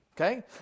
okay